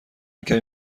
کمی